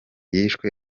yishwe